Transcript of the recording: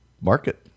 market